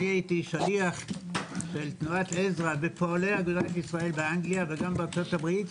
הייתי שליח של תנועת עזרא בפועלי אגודת ישראל באנגליה וגם בארצות הברית,